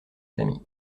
famille